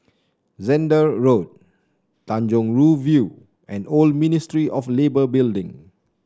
Zehnder Road Tanjong Rhu View and Old Ministry of Labour Building